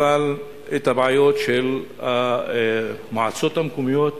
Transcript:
אבל הבעיות של המועצות המקומיות,